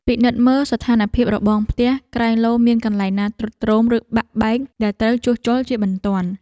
ពិនិត្យមើលស្ថានភាពរបងផ្ទះក្រែងលោមានកន្លែងណាទ្រុឌទ្រោមឬបាក់បែកដែលត្រូវជួសជុលជាបន្ទាន់។